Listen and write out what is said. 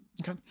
Okay